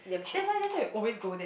that's why that's why we always go there